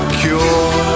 cure